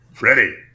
ready